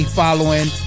following